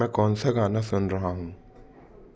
मैं कौनसा गाना सुन रहा हूँ